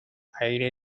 aire